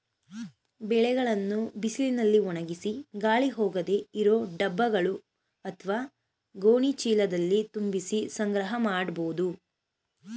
ಬೆಳೆಗಳನ್ನು ಬಿಸಿಲಿನಲ್ಲಿ ಒಣಗಿಸಿ ಗಾಳಿ ಹೋಗದೇ ಇರೋ ಡಬ್ಬಗಳು ಅತ್ವ ಗೋಣಿ ಚೀಲದಲ್ಲಿ ತುಂಬಿಸಿ ಸಂಗ್ರಹ ಮಾಡ್ಬೋದು